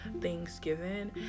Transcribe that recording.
Thanksgiving